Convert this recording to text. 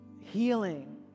healing